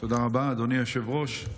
תודה רבה, אדוני היושב-ראש.